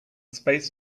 space